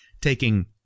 taking –